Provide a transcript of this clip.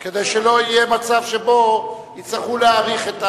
כדי שלא יהיה מצב שבו יצטרכו להאריך.